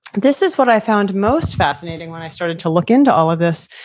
this is what i found most fascinating when i started to look into all of this.